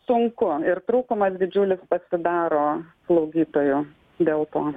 sunku ir trūkumas didžiulis pasidaro slaugytojų dėl to